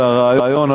על הרעיון,